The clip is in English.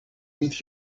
meet